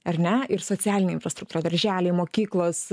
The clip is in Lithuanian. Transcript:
ar ne ir socialinė infrastruktūra darželiai mokyklos